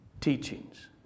teachings